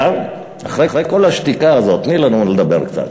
אחרי כל השתיקה הזאת תני לנו לדבר קצת.